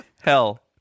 Hell